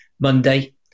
Monday